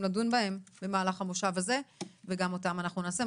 לדון בהם במהלך המושב הזה וגם אותם אנחנו נעשה.